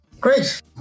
Great